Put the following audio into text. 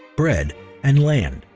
bread and land.